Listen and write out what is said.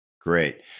Great